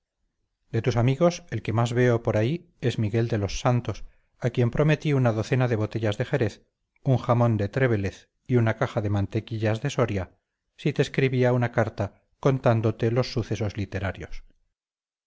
de tus amigos el que más veo por ahí es miguel de los santos a quien prometí una docena de botellas de jerez un jamón de trévelez y una caja de mantequillas de soria si te escribía una carta contándote los sucesos literarios